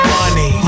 money